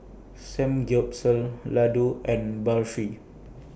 Samgyeopsal Ladoo and Barfi